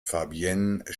fabienne